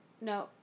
No